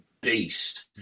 beast